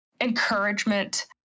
encouragement